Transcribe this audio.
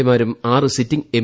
A മാരും ആറ് sitting M